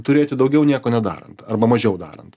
turėti daugiau nieko nedarant arba mažiau darant